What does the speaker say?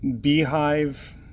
beehive